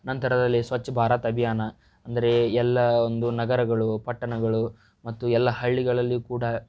ನಂತರದಲ್ಲಿ ಸ್ವಚ್ಛ ಭಾರತ್ ಅಭಿಯಾನ ಅಂದರೆ ಎಲ್ಲ ಒಂದು ನಗರಗಳು ಪಟ್ಟಣಗಳು ಮತ್ತು ಎಲ್ಲ ಹಳ್ಳಿಗಳಲ್ಲಿಯೂ ಕೂಡ